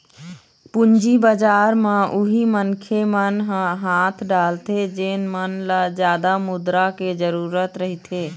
पूंजी बजार म उही मनखे मन ह हाथ डालथे जेन मन ल जादा मुद्रा के जरुरत रहिथे